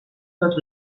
tot